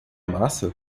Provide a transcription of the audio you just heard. massa